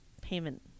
payment